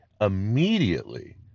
immediately